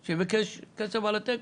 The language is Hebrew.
שהוא ביקש כסף עבור התקן?